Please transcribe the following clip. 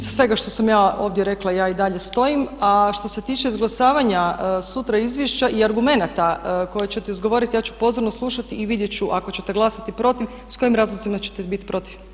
Iza svega što sam ja ovdje rekla ja i dalje stojim, a što se tiče izglasavanja sutra izvješća i argumenata koje ćete izgovoriti ja ću pozorno slušati i vidjet ću ako ćete glasati protiv s kojim razlozima ćete biti protiv.